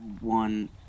one